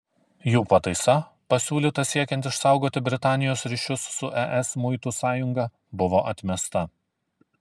jų pataisa pasiūlyta siekiant išsaugoti britanijos ryšius su es muitų sąjunga buvo atmesta